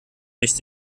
nicht